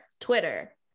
twitter